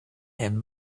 and